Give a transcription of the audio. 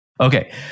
Okay